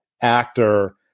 actor